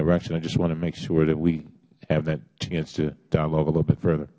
direction i just want to make sure that we have that chance to dialogue a little bit further